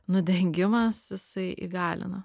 nudengimas jisai įgalina